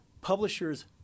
publishers